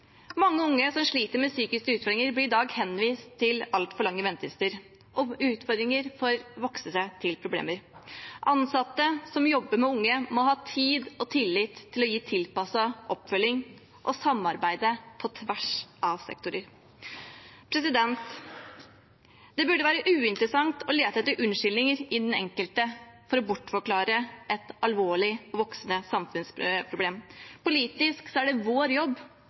Mange unge som sliter med psykiske utfordringer, blir i dag henvist til altfor lange ventelister, og utfordringer får vokse seg til problemer. Ansatte som jobber med unge, må ha tid og tillit til å gi tilpasset oppfølging og samarbeide på tvers av sektorer. Det burde være uinteressant å lete etter unnskyldninger i den enkelte for å bortforklare et alvorlig og voksende samfunnsproblem. Politisk er det vår jobb